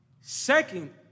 Second